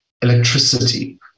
electricity